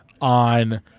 on